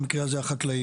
במקרה הזה החקלאים.